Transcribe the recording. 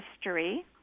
history